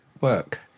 work